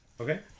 Okay